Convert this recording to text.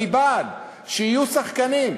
אני בעד שיהיו שחקנים,